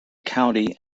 county